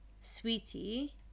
sweetie